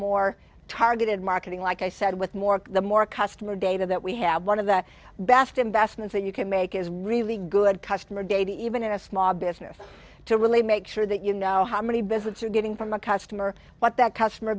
more targeted marketing like i said with more of the more customer data that we have one of the best investments that you can make is really good customer data even in a small business to really make sure that you know how many visits you're getting from a customer what that customer